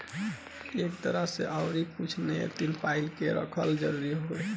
ए तरीका के अकाउंट में कुछ न्यूनतम पइसा के रखल जरूरी हवे